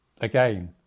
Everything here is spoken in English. again